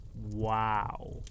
Wow